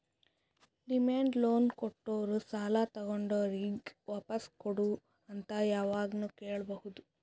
demand loan ಕೊಟ್ಟೋರು ಸಾಲ ತಗೊಂಡೋರಿಗ್ ವಾಪಾಸ್ ಕೊಡು ಅಂತ್ ಯಾವಾಗ್ನು ಕೇಳ್ಬಹುದ್